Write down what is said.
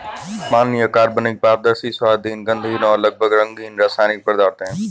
पानी अकार्बनिक, पारदर्शी, स्वादहीन, गंधहीन और लगभग रंगहीन रासायनिक पदार्थ है